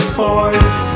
boys